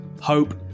hope